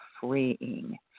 freeing